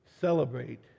celebrate